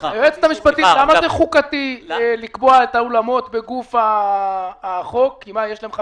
למי שתחילת עבודתו אצל המעסיק הייתה בכל אחד מהחודשים האמורים,